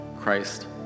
Christ